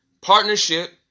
partnership